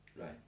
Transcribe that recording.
Right